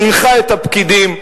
הנחה את הפקידים,